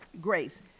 grace